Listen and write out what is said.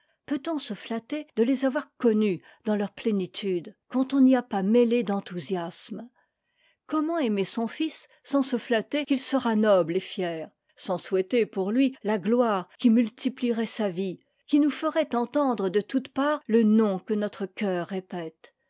peut-on se flatter de les avoir connues dans leur plénitude quand on n'y a pas mêlé d'enthousiasme comment aimer son fils sans se flatter qu'il sera noble et fier sans souhaiter pour lui la gloire qui multiplierait sa vie qui nous ferait entendre de toutes parts le nom que notre cœur